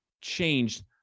changed